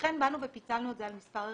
ולכן באנו ופיצלנו את זה על מספר הריונות,